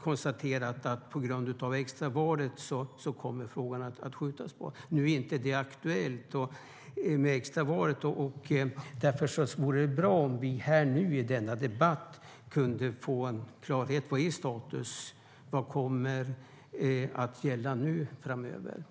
konstaterat att på grund av extravalet kommer frågan att skjutas upp. Nu är det inte aktuellt med extraval, och därför vore det bra om vi i denna debatt kunde få klarhet i vad statusen är. Vad kommer att gälla framöver?